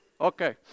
Okay